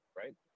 right